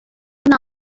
una